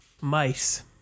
Mice